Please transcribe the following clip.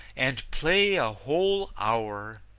and play a whole hour,